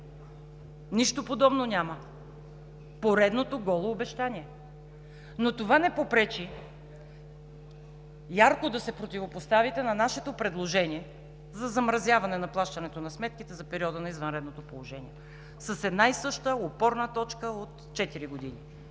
Нищо подобно няма – поредното голо обещание. Но това не попречи ярко да се противопоставите на нашето предложение за замразяване на плащането на сметките за периода на извънредното положение с една и съща опорна точка от четири